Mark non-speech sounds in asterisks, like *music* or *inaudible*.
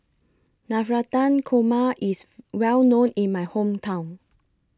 Navratan Korma IS *noise* Well known in My Hometown